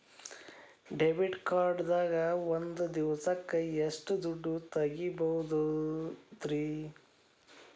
Debit card ದಾಗ ಒಂದ್ ದಿವಸಕ್ಕ ಎಷ್ಟು ದುಡ್ಡ ತೆಗಿಬಹುದ್ರಿ?